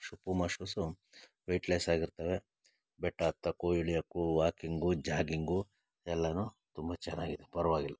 ಶು Puma shoes weightless ಆಗಿರ್ತವೆ ಬೆಟ್ಟ ಹತ್ತಕ್ಕೂ ಇಳಿಯೋಕ್ಕೂ ವಾಕಿಂಗು ಜಾಗಿಂಗು ಎಲ್ಲಾನು ತುಂಬ ಚೆನ್ನಾಗಿದೆ ಪರ್ವಾಗಿಲ್ಲ